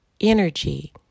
energy